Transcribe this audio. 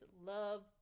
love